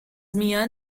میان